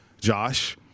Josh